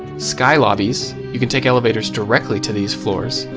sky lobbies, you can take elevators directly to these floors.